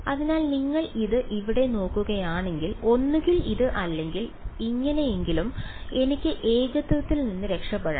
അതിനാൽ നിങ്ങൾ ഇത് ഇവിടെ നോക്കുകയാണെങ്കിൽ ഒന്നുകിൽ ഇത് അല്ലെങ്കിൽ ഇതെങ്ങനെയെങ്കിലും എനിക്ക് ഏകത്വത്തിൽ നിന്ന് രക്ഷപ്പെടണം